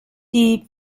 die